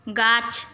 গাছ